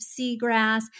seagrass